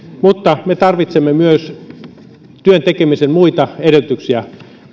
mutta meidän täytyy myös muita työn tekemisen edellytyksiä